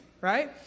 right